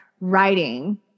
writing